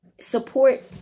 support